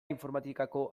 informatikako